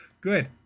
Good